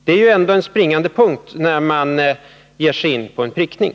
Det är ju ändå en springande punkt för dem som vill ge sig in på en prickning.